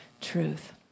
Truth